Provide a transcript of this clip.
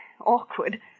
awkward